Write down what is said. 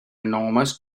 enormous